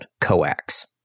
coax